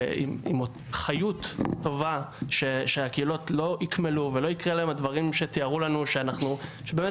חיות טובה שהקהילות לא יקמלו ולא יקרה להם הדברים שתיארו לנו ובאמת